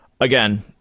again